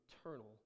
eternal